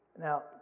Now